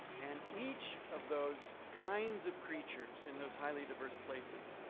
and each of those kinds of creatures in those highly diverse places,